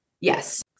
Yes